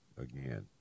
again